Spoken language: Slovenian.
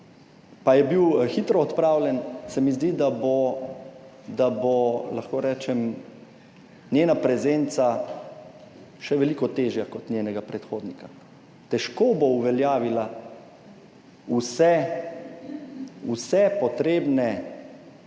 pa je bil hitro odpravljen, se mi zdi, da bo, lahko rečem, njena prezenca še veliko težja, kot njenega predhodnika. Težko bo uveljavila vse potrebne